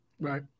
Right